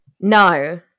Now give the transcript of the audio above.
No